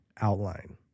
outline